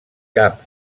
cap